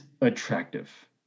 attractive